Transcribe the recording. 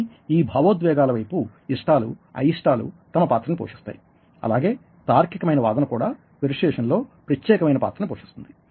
కానీ ఈ భావోద్వేగాల వైపు ఇష్టాలు అయిష్టాలు తమ పాత్రను పోషిస్తాయి అలాగే తార్కికమైన వాదన కూడా పెర్సుయేసన్లో ప్రత్యేకమైన పాత్రని పోషిస్తుంది